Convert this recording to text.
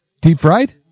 Deep-fried